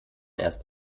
erst